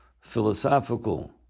philosophical